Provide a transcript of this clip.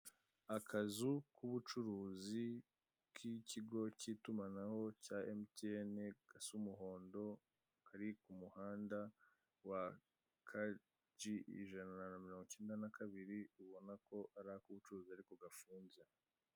Akazu k'ubucuruzi k'ikigo cyitumanaho cya MTN gasa umuhondo, kari ku muhanda wa ka ji ijana na mirongo icyenda na kabiri, ubona ko ari ak'ubucuruzi ariko gafunze.